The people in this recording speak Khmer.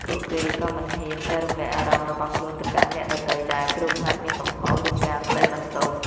ពួកគេក៏មិនហ៊ាន ចែករំលែកអារម្មណ៍របស់ខ្លួនទៅកាន់អ្នកដទៃដែរ ព្រោះខ្លាចមានកំហុស ឬការស្ដីបន្ទោស។